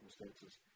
circumstances